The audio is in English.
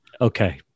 Okay